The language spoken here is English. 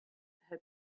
how